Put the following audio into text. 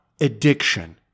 addiction